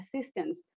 assistance